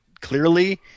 clearly